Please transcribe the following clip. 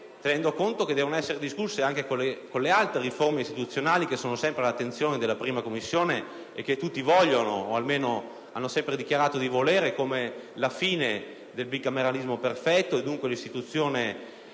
tenendo conto che devono essere discusse anche con le altre riforme istituzionali, sempre all'attenzione della 1a Commissione, che tutti vogliono, o almeno hanno sempre dichiarato di volere: mi riferisco alla fine del bicameralismo perfetto e dunque all'istituzione